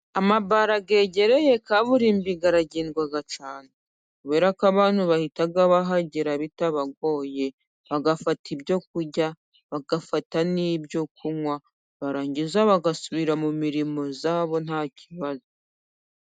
Amabara yegereye kaburimbo aragendwa cyane kubera ko abantu bahita bahagera bitabagoye bagafata ibyo kurya, bagafata n'ibyo kunywa barangiza bagasubira mu mirimo yabo nta kibazo.